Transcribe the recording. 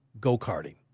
go-karting